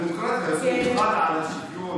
הדמוקרטיה ובכלל השוויון,